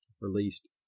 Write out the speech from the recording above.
released